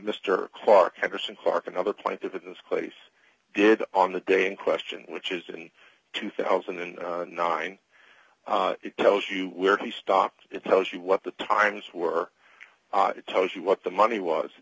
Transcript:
mr clark henderson clark another point to this clase did on the day in question which is in two thousand and nine it tells you where he stopped it tells you what the times were tells you what the money was